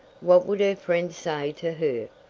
what would her friends say to her?